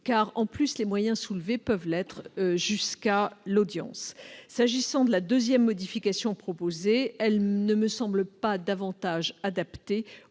j'ajoute que les moyens soulevés peuvent l'être jusqu'à l'audience. Quant à la seconde modification proposée, elle ne me semble pas davantage adaptée